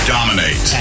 Dominate